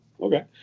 okay